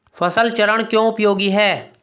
फसल चरण क्यों उपयोगी है?